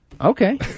Okay